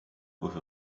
with